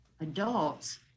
adults